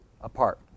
apart